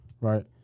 right